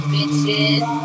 Bitches